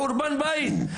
חורבן בית.